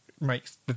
makes